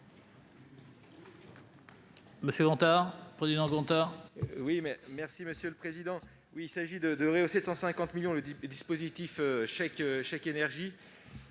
Merci,